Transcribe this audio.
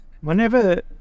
whenever